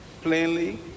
plainly